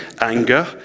anger